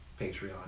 Patreon